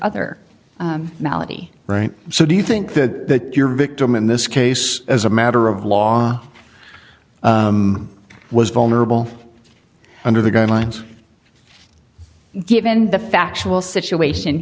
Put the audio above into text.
other malady right so do you think that you're a victim in this case as a matter of law was vulnerable under the guidelines given the factual situation